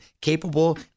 capable